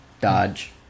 Dodge